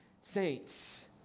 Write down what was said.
saints